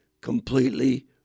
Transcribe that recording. completely